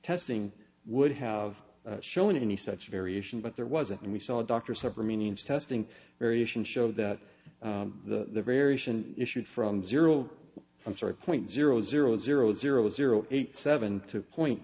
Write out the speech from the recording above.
testing would have shown any such variation but there wasn't and we saw a doctor several meanings testing variation showed that the variation issued from zero i'm sorry point zero zero zero zero zero eight seven two point